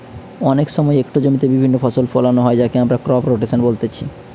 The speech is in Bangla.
অনেক সময় একটো জমিতে বিভিন্ন ফসল ফোলানো হয় যাকে আমরা ক্রপ রোটেশন বলতিছে